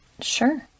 Sure